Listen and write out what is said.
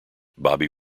bobby